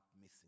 missing